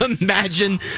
imagine